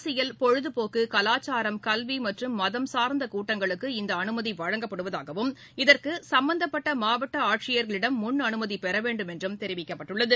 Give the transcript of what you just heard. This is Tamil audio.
அரசியல் பொழுதபோக்கு கலாச்சாரம் கல்வி மற்றும் மதம் சார்ந்த கூட்டங்களுக்கு இந்த அனுமதி வழங்கப்படுவதாகவும் இதற்கு சும்பந்தப்பட்ட மாவட்ட ஆட்சியர்களிடம் முன் அனுமதி பெற வேண்டும் என்றும் தெரிவிக்கப்பட்டுள்ளது